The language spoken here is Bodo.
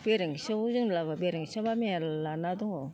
बेरेंसियाव दोनब्लाबो बेरेंसियाव मेरला ना दंङ